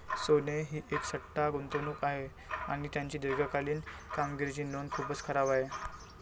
सोने ही एक सट्टा गुंतवणूक आहे आणि त्याची दीर्घकालीन कामगिरीची नोंद खूपच खराब आहे